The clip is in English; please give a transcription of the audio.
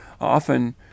Often